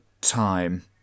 time